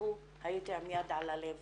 נרצחו הייתי עם יד על הלב